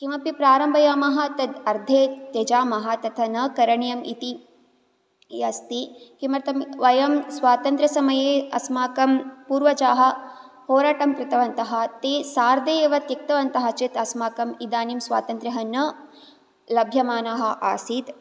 किमपि प्रारम्भयामः तत् अर्धे त्यजामः तत् न करणीयम् इति अस्ति किमर्थं वयं स्वातन्त्रसमये अस्माकं पूर्वजाः होराटं कृतवन्तः ते सार्धे एव त्यक्तवन्तः चेत् अस्माकम् इदानीं स्वातन्त्रयः न लभ्यमानाः आसीत्